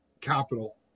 capital